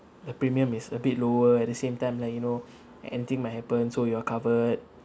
the premium is a bit lower at the same time like you know anything might happen so you are covered